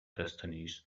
destinies